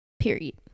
period